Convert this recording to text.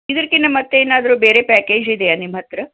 ಇದ್ರಕಿನ್ನ ಮತ್ತೇನಾದರೂ ಬೇರೆ ಪ್ಯಾಕೇಜ್ ಇದೆಯಾ ನಿಮ್ಮ ಹತ್ರ